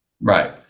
Right